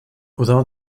without